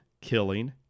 killing